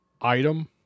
item